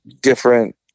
different